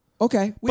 Okay